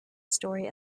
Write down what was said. story